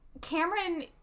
Cameron